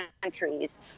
countries